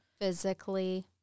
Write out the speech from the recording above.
physically